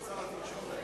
רוצה לשמוע את שר התקשורת.